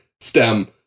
stem